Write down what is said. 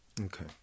Okay